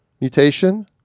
mutation